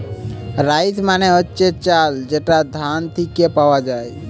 rice মানে হচ্ছে চাল যেটা ধান থিকে পাওয়া যায়